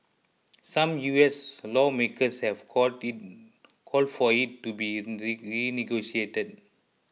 some U S lawmakers have called it called for it to be renegotiated